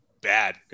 bad